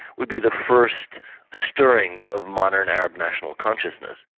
would be the first stirrings of modern arab national consciousness.